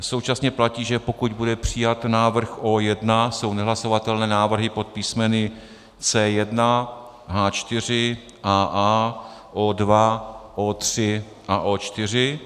Současně platí, že pokud bude přijat návrh O1, jsou nehlasovatelné návrhy pod písmeny C1, H4, A.A, O2, O3 a O4.